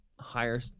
higher